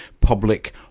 public